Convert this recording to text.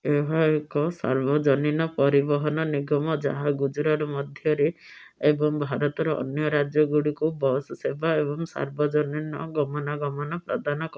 ଏହା ଏକ ସାର୍ବଜନୀନ ପରିବହନ ନିଗମ ଯାହା ଗୁଜୁରାଟ ମଧ୍ୟରେ ଏବଂ ଭାରତର ଅନ୍ୟ ରାଜ୍ୟ ଗୁଡ଼ିକୁ ବସ୍ ସେବା ଏବଂ ସାର୍ବଜନୀନ ଗମନାଗମନ ପ୍ରଦାନ କରେ